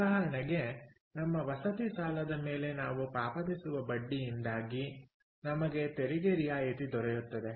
ಉದಾಹರಣೆಗೆ ನಮ್ಮ ವಸತಿ ಸಾಲದ ಮೇಲೆ ನಾವು ಪಾವತಿಸುವ ಬಡ್ಡಿಯಿಂದಾಗಿ ನಮಗೆ ತೆರಿಗೆ ರಿಯಾಯಿತಿ ದೊರೆಯುತ್ತದೆ